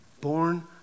born